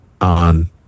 on